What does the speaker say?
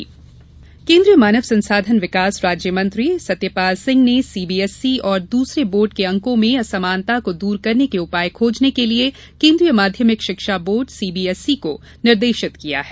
CBSE केन्द्रीय मानव संसाधन विकास राज्य मंत्री सत्यपाल सिंह ने सीबीएसई और दूसरे बोर्ड के अंकों में असामानता को दूर करने के उपाय खोजने के लिए केन्द्रीय माध्यमिक शिक्षा बोर्ड सीबीएसई को निर्देशित किया है